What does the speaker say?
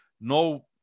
No